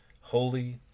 Holy